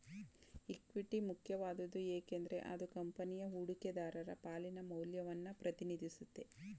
equity ಮುಖ್ಯವಾದ್ದು ಏಕೆಂದ್ರೆ ಅದು ಕಂಪನಿಯ ಹೂಡಿಕೆದಾರರ ಪಾಲಿನ ಮೌಲ್ಯವನ್ನ ಪ್ರತಿನಿಧಿಸುತ್ತೆ